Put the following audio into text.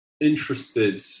interested